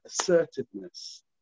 assertiveness